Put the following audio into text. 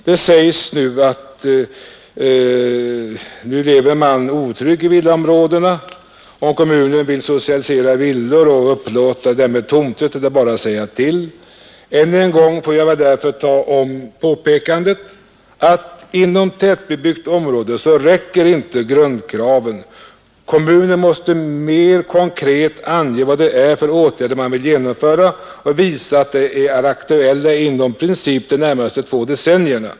Det sägs att nu lever man otryggt i villaområdena; om kommunen vill socialisera villorna och upplåta dem med tomträtt, så är det bara att säga till. Jag vill därför ta om påpekandet att inom tätbebyggt område räcker inte grundkraven. Kommunen måste mer konkret ange vad det är för åtgärder man vill genomföra och visa att de i princip är aktuella inom de närmaste två decennierna.